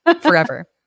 forever